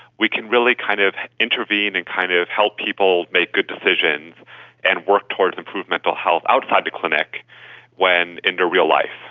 we can really kind of intervene and kind of help people make good decisions and work towards improved mental health outside the clinic when in their real life.